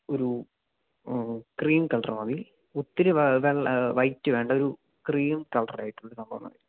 ഒരു cream colour മതി ഒത്തിരി വെള്ള വൈറ്റ് വേണ്ട ഒരു ക്രീം കളറായിട്ടുള്ള സംഭവം മതി